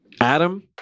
Adam